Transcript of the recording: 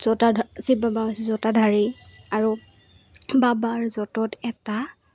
শিৱ বাবা জটাধাৰী আৰু বাবাৰ জটত এটা